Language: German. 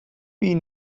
wie